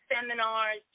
seminars